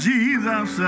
Jesus